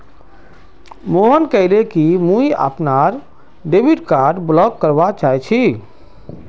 मोहन कहले कि मुई अपनार डेबिट कार्ड ब्लॉक करवा चाह छि